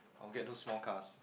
or get those small cars